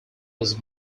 was